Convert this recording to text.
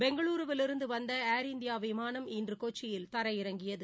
பெங்களூருவிலிருந்து வந்த Air India விமானம் இன்று கொச்சியில் தரையிறங்கியது